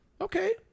Okay